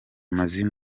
mazi